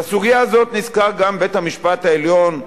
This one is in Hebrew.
לסוגיה הזאת נזקק גם בית-המשפט העליון,